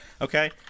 okay